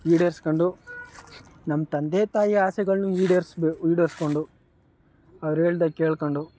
ಈಡೇರಿಸಿಕೊಂಡು ನಮ್ಮ ತಂದೆ ತಾಯಿ ಆಸೆಗಳನ್ನು ಈಡೇರ್ಸ್ಬೆ ಈಡೇರ್ಸ್ಕೊಂಡು ಅವ್ರು ಹೇಳ್ದಾಗೆ ಕೇಳ್ಕೊಂಡು